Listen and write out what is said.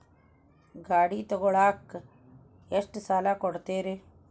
ಗಾಡಿ ತಗೋಳಾಕ್ ಎಷ್ಟ ಸಾಲ ಕೊಡ್ತೇರಿ?